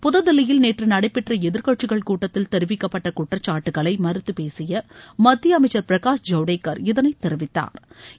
புதுதில்லியில் நேற்று நடைபெற்ற எதிர்கட்சிகள் கூட்டத்தில் தெரிவிக்கப்பட்ட குற்றச்சாட்டுகளை மறுத்து பேசிய மத்திய அமைச்சர் பிரகாஷ் ஜவடேகர் இதனை தெரிவித்தாா்